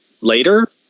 later